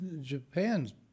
Japan's